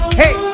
hey